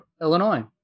Illinois